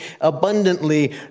abundantly